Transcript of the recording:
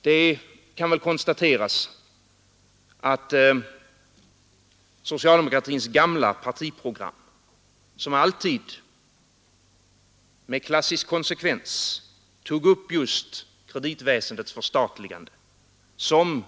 Det kan väl konstateras att socialdemokratins gamla partiprogram, som alltid med klassisk konsekvens tog upp just kreditväsendets förstatligande som